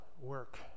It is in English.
work